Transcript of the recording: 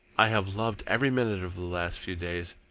i have loved every minute of the last few days,